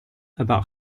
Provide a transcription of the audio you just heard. about